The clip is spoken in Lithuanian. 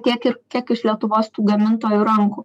tiek ir kiek iš lietuvos tų gamintojų rankų